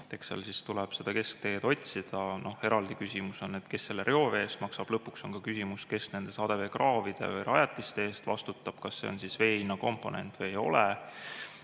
Eks seal siis tuleb seda keskteed otsida. Eraldi küsimus on, kes selle reovee eest maksab. Lõpuks on ka küsimus, kes nende sadeveekraavide või -rajatiste eest vastutab ja kas see on vee hinna komponent või ei ole.